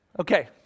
Okay